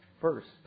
first